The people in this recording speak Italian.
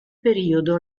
periodo